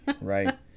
Right